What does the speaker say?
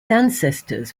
ancestors